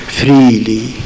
freely